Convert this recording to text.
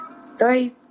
Story